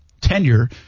tenure